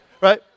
right